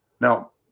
Now